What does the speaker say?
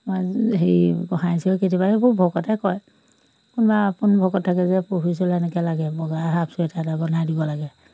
মই হেৰি গোঁসাই ঈশ্বৰক কেতিয়াবা এইবোৰ ভকতে কয় কোনোবা আপোন ভকত থাকে যে প্ৰভু ঈশ্বৰলৈ এনেকৈ লাগে বগা হাফ চুৱেটাৰ এটা বনাই দিব লাগে